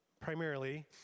primarily